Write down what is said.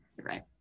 right